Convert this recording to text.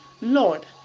Lord